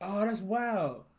hot as well